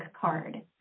card